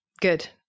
good